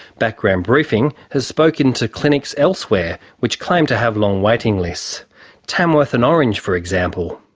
background briefing has spoken to clinics elsewhere which claim to have long waiting lists tamworth and orange, for example.